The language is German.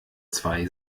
zwei